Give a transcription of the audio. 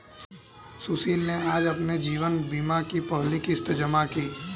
सुशील ने आज अपने जीवन बीमा की पहली किश्त जमा की